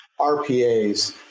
RPAs